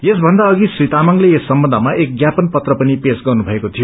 यसभन्दा अवि श्री तामगले यस सम्बन्ध्मा एक ज्ञापन पत्र पनि पेश गर्नुभएको थियो